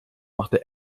machte